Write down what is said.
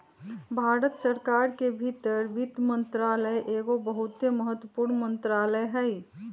भारत सरकार के भीतर वित्त मंत्रालय एगो बहुते महत्वपूर्ण मंत्रालय हइ